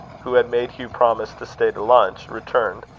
who had made hugh promise to stay to lunch, returned.